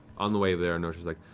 on the way there, and noja's like,